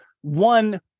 one